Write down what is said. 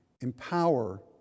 empower